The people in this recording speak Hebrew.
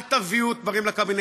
אל תביאו דברים לקבינט,